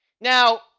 Now